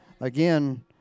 again